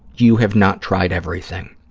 you have not tried everything.